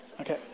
Okay